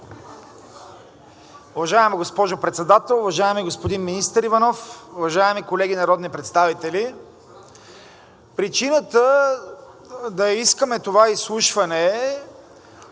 Уважаема госпожо Председател, уважаеми господин министър Иванов, уважаеми колеги народни представители! Причината да искаме това изслушване е